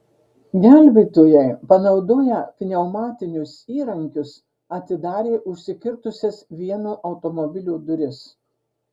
gelbėtojai panaudoję pneumatinius įrankius atidarė užsikirtusias vieno automobilio duris